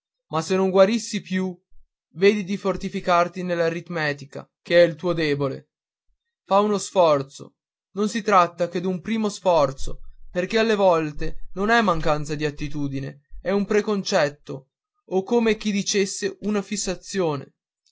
ma se non guarissi più vedi di fortificarti nell'aritmetica che è il tuo debole fa uno sforzo non si tratta che d'un primo sforzo perché alle volte non è mancanza di attitudine è un preconcetto è come chi dicesse una fissazione